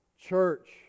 church